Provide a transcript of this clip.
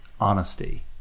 honesty